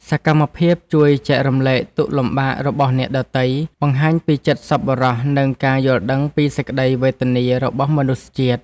សកម្មភាពជួយរំលែកទុក្ខលំបាករបស់អ្នកដទៃ បង្ហាញពីចិត្តសប្បុរសនិងការយល់ដឹងពីសេចក្តីវេទនារបស់មនុស្សជាតិ។